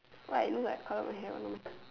why I look like I colour my hair only